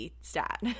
stat